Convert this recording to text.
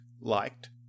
liked